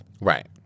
Right